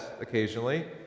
occasionally